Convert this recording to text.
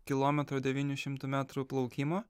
kilometro devynių šimtų metrų plaukimo